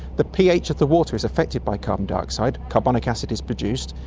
the ph of the water is affected by carbon dioxide, carbonic acid is produced,